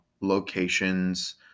locations